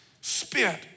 spit